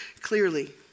clearly